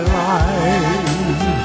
life